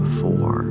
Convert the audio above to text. four